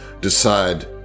decide